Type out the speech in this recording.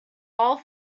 all